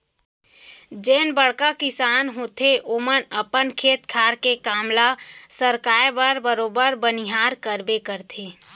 जेन बड़का किसान होथे ओमन अपन खेत खार के काम ल सरकाय बर बरोबर बनिहार करबे करथे